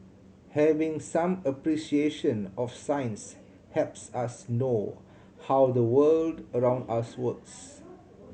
having some appreciation of science helps us know how the world around us works